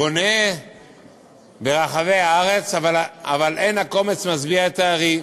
בונה ברחבי הארץ, אבל אין הקומץ משביע את הארי.